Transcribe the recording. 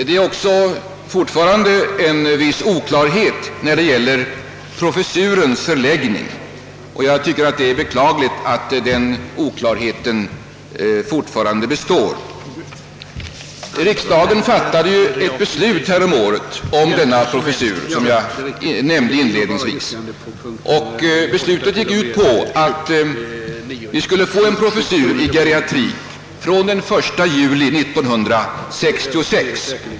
Det råder dessutom alltjämt en viss oklarhet rörande professurens förläggning, och jag tycker det är beklagligt att den oklarheten fortfarande består. Riksdagen fattade beslut härom året om denna professur, vilket jag inledningsvis nämnde. Beslutet gick ut på att vi skulle få en professur i geriatrik från den 1 juli 1966.